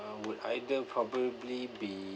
would either probably be